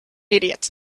idiot